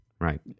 right